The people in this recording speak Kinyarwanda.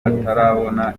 atarabona